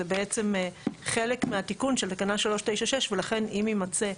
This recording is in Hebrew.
זה בעצם חלק מהתיקון של תקנה 396 ולכן אם יימצא,